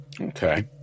okay